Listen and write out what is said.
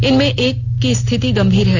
इनमें एक की रिथति गंभीर है